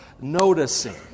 noticing